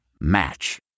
Match